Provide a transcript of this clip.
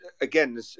again